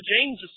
James